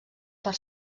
per